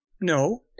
no